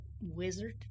wizard